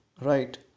right